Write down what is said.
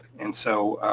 and so,